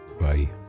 Bye